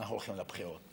אנחנו הולכים לבחירות.